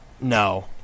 No